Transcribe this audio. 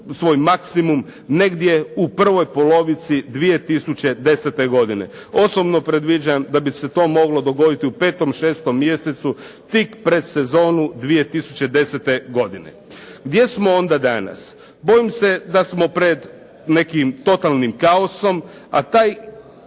svoj maksimum negdje u prvoj polovici 2010. godine. Osobno predviđam da bi se to moglo dogoditi u 5., 6. mjesecu tih pred sezonu 2010. godine. Gdje smo onda danas? Bojim se da smo pred nekim totalnim kaosom, a taj